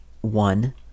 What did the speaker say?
one